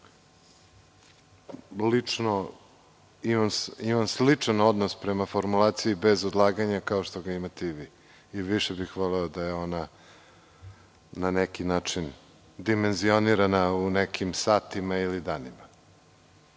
Lično imam sličan odnos prema formulaciji „bez odlaganja“ kao što ga imate i vi. Više bih voleo da je ona na neki način dimenzionirana u nekim satima ili danima.